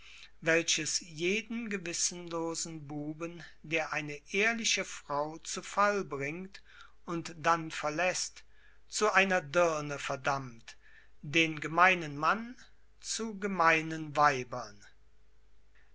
welches jeden gewissenlosen buben der eine ehrliche frau zu fall bringt und dann verläßt zu einer dirne verdammt den gemeinen mann zu gemeinen weibern